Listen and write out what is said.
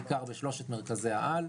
בעיקר בשלושת מרכזי העל.